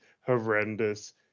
horrendous